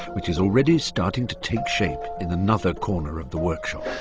which is already starting to take shape in another corner of the workshop.